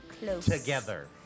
Together